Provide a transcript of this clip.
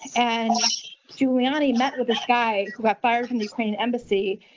and giuliani met with this guy who got fired from ukraine embassy,